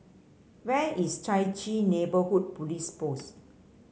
where is Chai Chee Neighbourhood Police Post